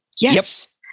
yes